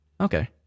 Okay